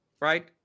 Right